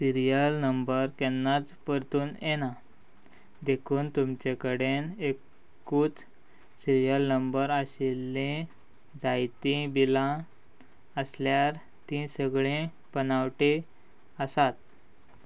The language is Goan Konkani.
सिरियल नंबर केन्नाच परतून येना देखून तुमचे कडेन एकूच सिरियल नंबर शिल्ली जायतीं बिलां आसल्यार ती सगळीं पनावटी आसात